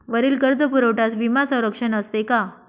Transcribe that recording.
वरील कर्जपुरवठ्यास विमा संरक्षण असते का?